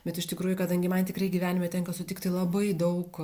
bet iš tikrųjų kadangi man tikrai gyvenime tenka sutikti labai daug